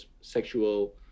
sexual